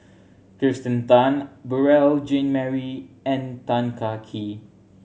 Kirsten Tan Beurel Jean Marie and Tan Kah Kee